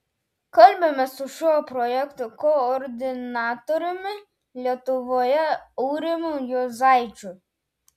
kalbamės su šio projekto koordinatoriumi lietuvoje aurimu juozaičiu